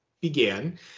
began